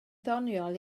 ddoniol